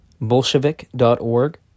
bolshevik.org